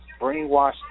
brainwashed